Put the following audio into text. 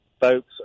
folks